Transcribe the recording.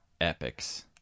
epics